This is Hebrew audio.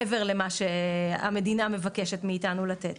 מעבר למה שהמדינה מבקשת מאיתנו לתת.